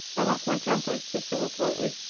i lost my temper, said philip lightly.